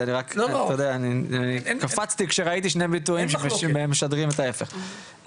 אני רק קפצתי כשראיתי שני ביטויים שמשדרים את ההיפך.